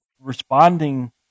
responding